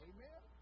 Amen